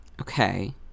okay